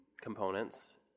components